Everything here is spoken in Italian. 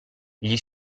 gli